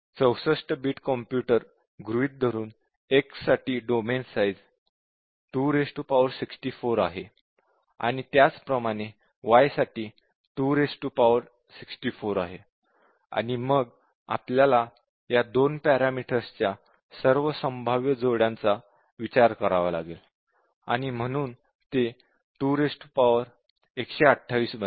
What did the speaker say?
64 bit computer गृहीत धरून x साठी डोमेन साईझ 264 आहे आणि त्याचप्रमाणे y साठी 264 आहे आणि मग आपल्याला या 2 पॅरामीटर्स च्या सर्व संभाव्य जोड्यांचा विचार करावा लागेल आणि म्हणून ते 2128 बनते